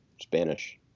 Spanish